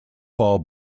fall